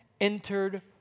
entered